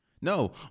No